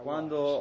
Quando